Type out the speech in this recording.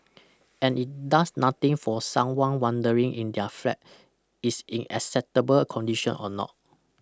and it does nothing for someone wondering in their flat is in acceptable condition or not